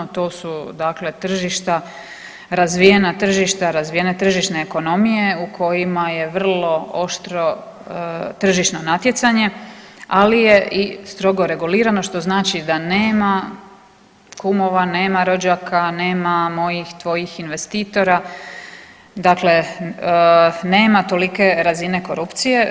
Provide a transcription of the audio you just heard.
To su dakle tržišta, razvijena tržišta, razvijene tržišne ekonomije u kojima je vrlo oštro tržišno natjecanje ali je i strogo regulirano što znači da nema kumova, nema rođaka, nema mojih tvojih investitora, dakle nema tolike razine korupcije.